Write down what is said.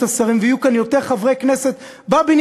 השרים ויהיו כאן בבניין הזה יותר חברי כנסת שיעבדו.